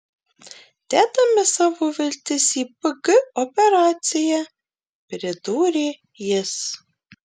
dedame savo viltis į pg operaciją pridūrė jis